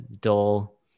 dull